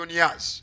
years